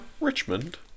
Richmond